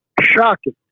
Shocking